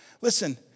Listen